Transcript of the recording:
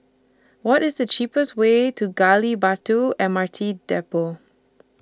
What IS The cheapest Way to Gali Batu M R T Depot